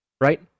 Right